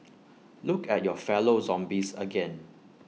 look at your fellow zombies again